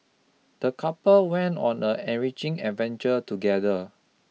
the couple went on the enriching adventure together